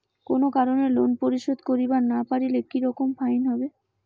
কোনো কারণে লোন পরিশোধ করিবার না পারিলে কি রকম ফাইন হবে?